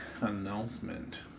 announcement